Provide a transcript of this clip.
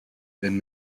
been